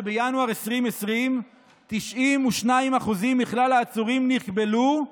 שבינואר 2020 92% מכלל העצורים נכבלו,